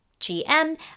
GM